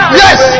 yes